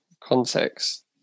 context